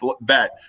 bet